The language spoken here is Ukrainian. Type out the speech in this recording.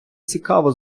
цікаво